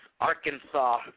Arkansas